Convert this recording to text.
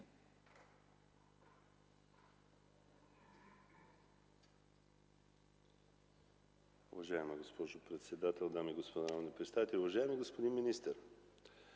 Уважаема госпожо председател, дами и господа народни представители! Уважаеми господин министър,